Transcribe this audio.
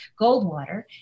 Goldwater